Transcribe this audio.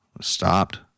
stopped